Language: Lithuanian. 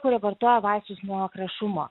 kurie vartoja vaistus nuo krešumo